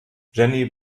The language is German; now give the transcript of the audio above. jenny